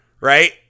right